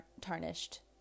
tarnished